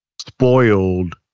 Spoiled